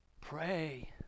Pray